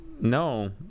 No